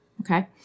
Okay